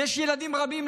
יש ילדים רבים,